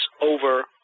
over